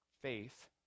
faith